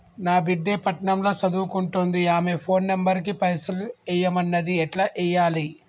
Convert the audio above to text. నా బిడ్డే పట్నం ల సదువుకుంటుంది ఆమె ఫోన్ నంబర్ కి పైసల్ ఎయ్యమన్నది ఎట్ల ఎయ్యాలి?